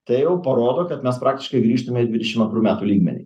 tai jau parodo kad mes praktiškai grįžtame į dvidešim antrų metų lygmenį